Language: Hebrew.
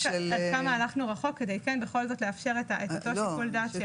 עד כמה הלכנו רחוק כדי בכל זאת לאפשר את אותו שיקול דעת.